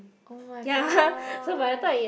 oh-my-gosh